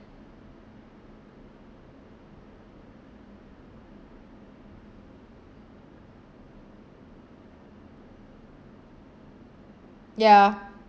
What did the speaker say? ya